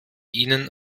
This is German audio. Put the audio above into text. ihnen